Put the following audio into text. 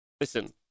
Listen